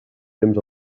temps